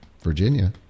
Virginia